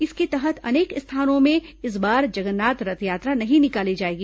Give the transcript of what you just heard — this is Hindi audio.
इसके तहत अनेक स्थानों में इस बार जगन्नाथ रथयात्रा नहीं निकाली जाएगी